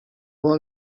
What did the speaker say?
long